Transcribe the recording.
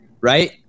Right